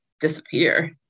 disappear